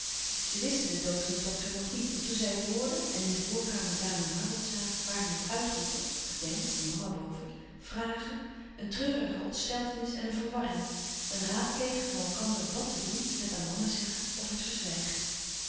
zij wisten den dood van den dokter nog niet en toen zij het hoorden en in de voorkamer daan en harold zagen waren het uitroepen gedempt om mama boven vragen een treurige ontsteltenis en een verwarring een raadplegen van elkander wàt te doen het aan mama zeggen of het verzwijgen